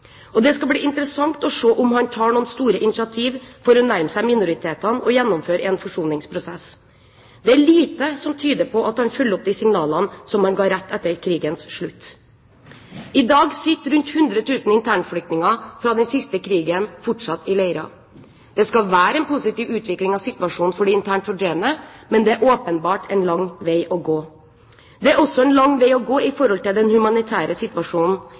Det skal bli interessant å se om han tar noen store initiativ for å nærme seg minoritetene og gjennomføre en forsoningsprosess. Det er lite som tyder på at han følger opp de signalene som han ga rett etter krigens slutt. I dag sitter rundt hundre tusen internflyktninger fra den siste krigen fortsatt i leirer. Det skal være en positiv utvikling i situasjonen for de internt fordrevne, men det er åpenbart en lang vei å gå. Det er også en lang vei å gå når det gjelder den humanitære situasjonen,